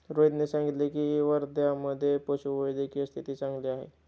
रोहितने सांगितले की, वर्ध्यामधे पशुवैद्यकीय स्थिती चांगली आहे